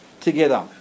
together